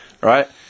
right